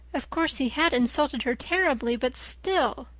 of course, he had insulted her terribly, but still!